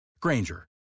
Granger